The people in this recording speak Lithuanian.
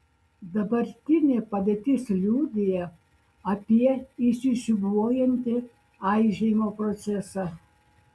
dabartinė padėtis liudija apie įsisiūbuojantį aižėjimo procesą